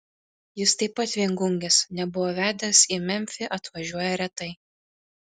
jis taip pat viengungis nebuvo vedęs į memfį atvažiuoja retai